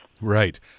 Right